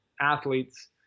athletes